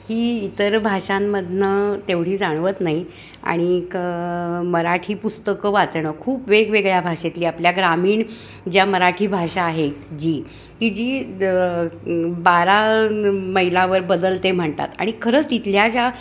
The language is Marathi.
ही इतर भाषांमधनं तेवढी जाणवत नाही आणिक मराठी पुस्तकं वाचणं खूप वेगवेगळ्या भाषेतली आपल्या ग्रामीण ज्या मराठी भाषा आहेत जी ती जी बारा मैलावर बदलते म्हणतात आणि खरंच तिथल्या ज्या